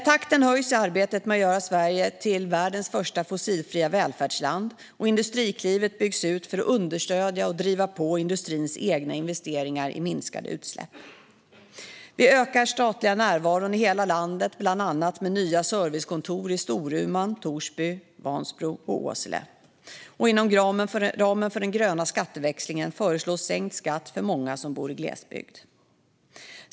Takten höjs i arbetet med att göra Sverige till världens första fossilfria välfärdsland, och Industriklivet byggs ut för att understödja och driva på industrins egna investeringar i minskade utsläpp. Vi ökar den statliga närvaron i hela landet, bland annat med nya servicekontor i Storuman, Torsby, Vansbro och Åsele. Inom ramen för den gröna skatteväxlingen föreslås sänkt skatt för många som bor i glesbygd.